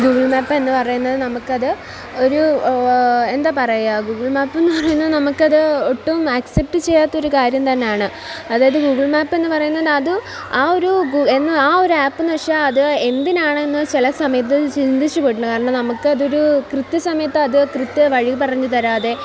Google മാപ്പെന്ന് പറയുന്നത് നമുക്ക് അത് ഒരു എന്താണ് പറയുക ഗൂഗിൾ മാപ്പെന്ന് പറയുന്നത് നമ്മൾക്ക് അത് ഒട്ടും അക്സപ്റ്റ് ചെയ്യാത്ത ഒരു കാര്യം തന്നെയാണ് അതായത് ഗൂഗിൾ മാപ്പെന്ന് പറയുന്ന അത് ആ ഒരു എന്നാൽ ആ ഒരു ആപ്പ് എന്നുവച്ചാൽ അത് എന്തിനാണെന്ന് ചില സമയത്ത് ചിന്തിച്ചു പോയിട്ടുണ്ട് കാരണം നമ്മൾക്ക് അതൊരു കൃത്യസമയത്ത് അത് അത് കൃത്യ വഴി പറഞ്ഞു തരാതെ